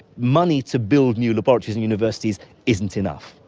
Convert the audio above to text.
money to build new laboratories and universities isn't enough.